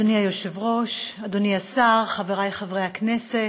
אדוני היושב-ראש, אדוני השר, חברי חברי הכנסת,